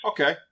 Okay